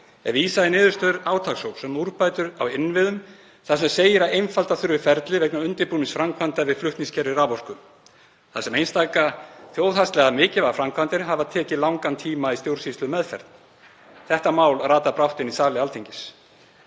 er vísað í niðurstöður átakshóps um úrbætur á innviðum þar sem segir að einfalda þurfi ferlið vegna undirbúningsframkvæmda við flutningskerfi raforku þar sem einstaka þjóðhagslega mikilvægar framkvæmdir hafi tekið langan tíma í stjórnsýslumeðferð. Þetta mál ratar brátt inn í sali Alþingis.